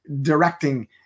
directing